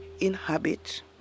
inhabit